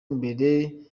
mbere